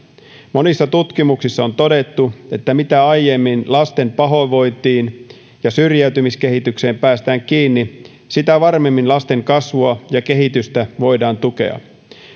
monissa tutkimuksissa on todettu että mitä aiemmin lasten pahoinvointiin ja syrjäytymiskehitykseen päästään kiinni sitä varmemmin lasten kasvua ja kehitystä voidaan tukea